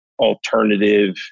alternative